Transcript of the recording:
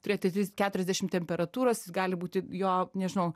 turėti tris keturiasdešimt temperatūros jis gali būti jo nežinau